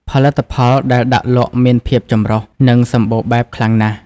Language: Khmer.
ផលិតផលដែលដាក់លក់មានភាពចម្រុះ និងសំបូរបែបខ្លាំងណាស់។